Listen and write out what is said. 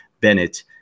Bennett